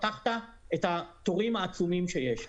פתחת את התורים העצומים שיש.